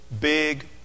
big